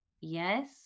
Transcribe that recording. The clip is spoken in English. Yes